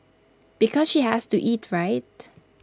because she has to eat right